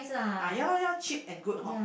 ah ya lor ya lor cheap and good hor